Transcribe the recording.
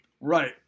right